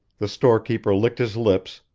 the storekeeper licked his lips,